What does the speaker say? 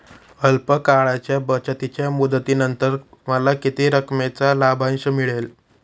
अल्प काळाच्या बचतीच्या मुदतीनंतर मला किती रकमेचा लाभांश मिळेल?